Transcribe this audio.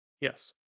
Yes